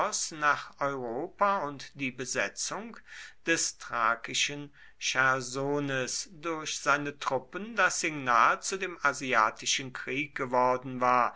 nach europa und die besetzung des thrakischen chersones durch seine truppen das signal zu dem asiatischen krieg geworden war